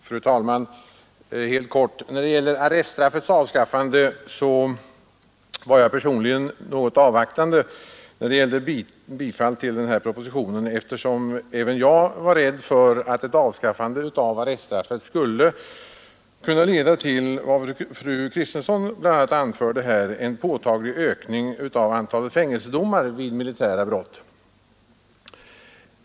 Fru talman! Jag skall fatta mig helt kort. I fråga om arreststraffets avskaffande var jag personligen något avvaktande när det gällde bifall till den här propositionen, eftersom även jag var rädd för att ett avskaffande av arreststraffet skulle kunna leda till vad fru Kristensson bl.a. anförde här, nämligen en påtaglig ökning av antalet fängelsedomar vid militära brott.